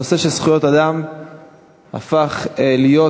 הנושא של זכויות אדם הפך להיות,